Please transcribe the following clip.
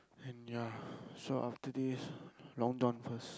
and ya so after this Long-John first